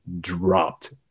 dropped